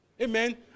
Amen